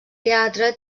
teatre